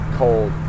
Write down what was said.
cold